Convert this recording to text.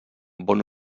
bon